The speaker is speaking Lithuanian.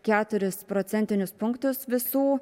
keturis procentinius punktus visų